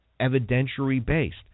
evidentiary-based